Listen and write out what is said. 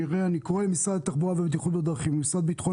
אני קורא למשרד התחבורה והבטיחות בדרכים ולמשרד לביטחון